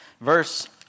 verse